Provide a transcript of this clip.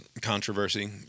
controversy